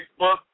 Facebook